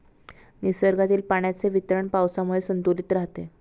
निसर्गातील पाण्याचे वितरण पावसामुळे संतुलित राहते